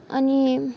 अनि